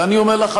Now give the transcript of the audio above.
ואני אומר לך,